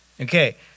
Okay